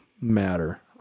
matter